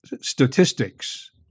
statistics